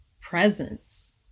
presence